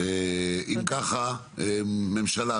אם ככה, ממשלה.